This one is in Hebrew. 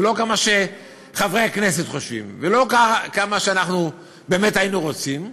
הוא לא כמה שחברי הכנסת חושבים ולא כמה שאנחנו באמת היינו רוצים,